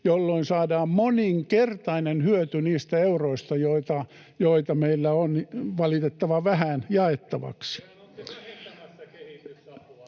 jolloin saadaan moninkertainen hyöty niistä euroista, joita meillä on valitettavan vähän jaettaviksi.